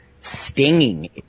stinging